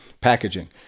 packaging